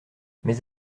mais